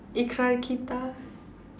ikrar-kita